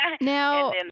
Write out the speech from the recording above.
Now